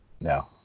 No